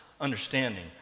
understanding